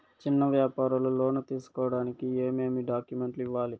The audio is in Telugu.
చిన్న వ్యాపారులు లోను తీసుకోడానికి ఏమేమి డాక్యుమెంట్లు ఇవ్వాలి?